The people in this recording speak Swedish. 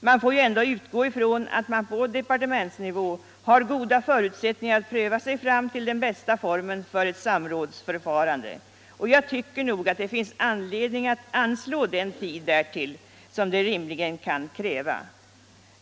Vi får ju ändå utgå ifrån att man på departementsnivå har goda förutsättningar att pröva sig fram till den bästa formen för ett samrådsförfarande, och jag tycker nog att det finns anledning att anslå den tid därtill som rimligen kan krävas.